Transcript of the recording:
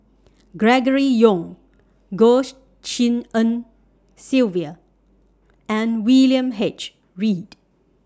Gregory Yong Goh Tshin En Sylvia and William H Read